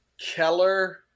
Keller